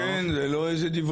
זה לתוך